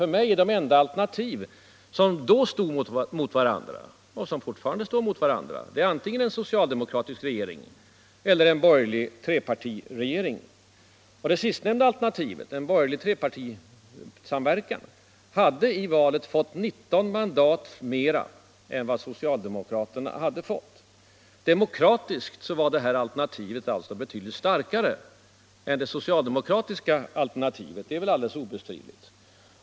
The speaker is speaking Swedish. För mig är de enda alternativ som då stod mot varandra — och som fortfarande står mot varandra — antingen en socialdemokratisk regering eller en borgerlig trepartiregering. Och det sistnämnda alternativet, en borgerlig trepartisamverkan, hade i valet fått 19 mandat mer än socialdemokraterna. Demokratiskt var det alternativet alltså betydligt starkare än det socialdemokratiska alternativet. Det är alldeles obestridligt.